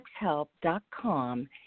sexhelp.com